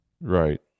Right